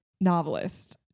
novelist